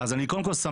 קודם כול,